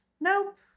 Nope